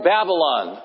Babylon